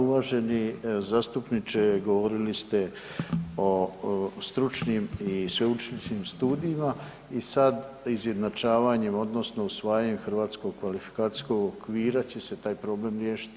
Uvaženi zastupniče govorili ste o stručnim i sveučilišnim studijima i sad izjednačavanjem odnosno usvajanjem Hrvatskog kvalifikacijskog okvira će se taj problem riješiti.